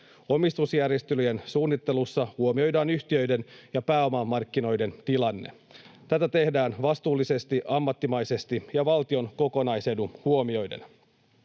Omistusjärjestelyjen suunnittelussa huomioidaan yhtiöiden ja pääomamarkkinoiden tilanne. Tätä tehdään vastuullisesti, ammattimaisesti ja valtion kokonaisetu huomioiden.